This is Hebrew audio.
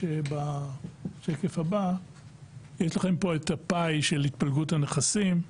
יש פה את הפאי של התפלגות הנכסים,